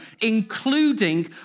including